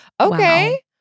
Okay